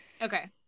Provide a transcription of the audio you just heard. Okay